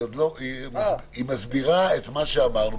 היא מסבירה את מה שאמרנו.